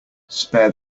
spare